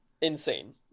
insane